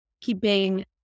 keeping